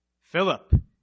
Philip